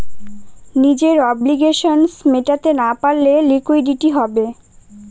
নিজের অব্লিগেশনস মেটাতে না পারলে লিকুইডিটি হবে